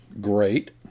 great